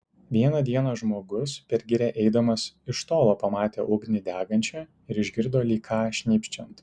vieną dieną žmogus per girią eidamas iš tolo pamatė ugnį degančią ir išgirdo lyg ką šnypščiant